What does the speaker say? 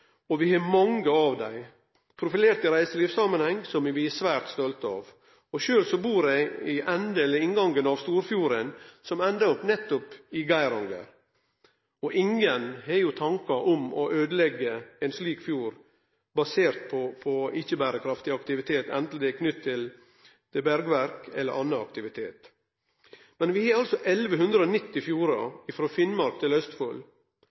og vi har mange av dei profilert i reiselivssamanheng. Det er vi svært stolte av. Sjølv bur eg i ein del av inngangen til Storfjorden, som endar opp nettopp i Geiranger. Ingen har jo tankar om å øydeleggje ein slik fjord basert på ikkje-berekraftig aktivitet anten han er knytt til bergverk eller noko anna. Men vi har altså 1 190 fjordar frå Finnmark til